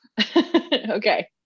Okay